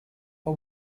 but